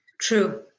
true